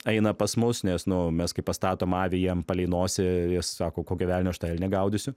eina pas mus nes nu mes kaip pastatom avį jiem palei nosį sako kokio velnio aš tą elnią gaudysiu